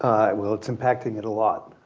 well it's impacting it a lot.